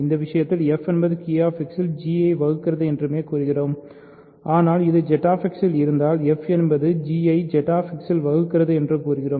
இந்த விஷயத்தில் f என்பது QX இல் g ஐ வகுக்கிறது என்று மட்டுமே கூறுகிறோம் ஆனால் இது ZX இல் இருந்தால் f என்பது g ஐ Z X இல் வகுக்கிறது என்று கூறுகிறோம்